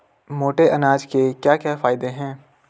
मोटे अनाज के क्या क्या फायदे हैं?